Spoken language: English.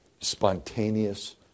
spontaneous